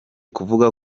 kuvuga